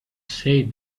say